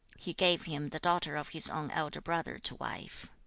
he gave him the daughter of his own elder brother to wife.